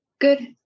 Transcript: Good